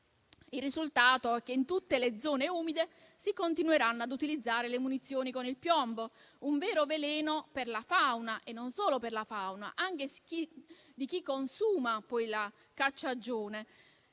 Il risultato è che in tutte le zone umide si continueranno a utilizzare le munizioni con il piombo, un vero veleno non solo per la fauna, ma anche per chi consuma poi la cacciagione;